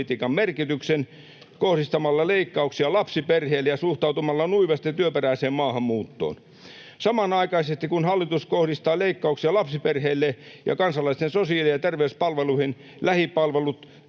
kohdistamalla leikkauksia lapsiperheille ja suhtautumalla nuivasti työperäiseen maahanmuuttoon. Samanaikaisesti kun hallitus kohdistaa leikkauksia lapsiperheille ja kansalaisten sosiaali- ja terveyspalveluihin lähipalvelut